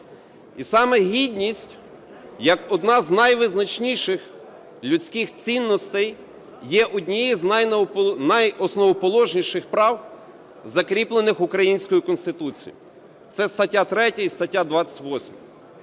І саме гідність, як одна з найвизначніших людських цінностей, є одним з найосновоположніших прав, закріплених українською Конституцією, це стаття 3 і стаття 28.